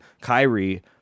Kyrie